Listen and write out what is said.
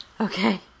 Okay